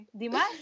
Dimas